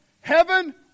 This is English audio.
heaven